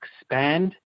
expand